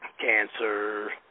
cancer